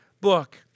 book